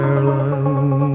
Ireland